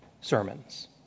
sermons